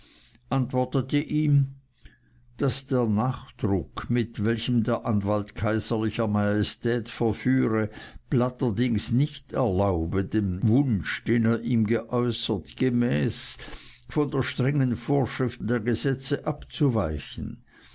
antwortete ihm daß der nachdruck mit welchem der anwalt kaiserlicher majestät verführe platterdings nicht erlaube dem wunsch den er ihm geäußert gemäß von der strengen vorschrift der gesetze abzuweichen